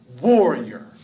warrior